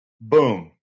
Boom